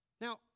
Now